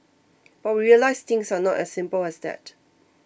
but we realised things are not as simple as that